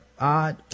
odd